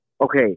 Okay